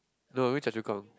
no I went Choa-Chu-Kang